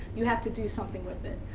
you have to do something with it.